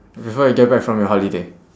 before you get back from your holiday